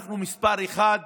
אנחנו מס' אחת